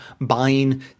buying